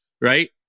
right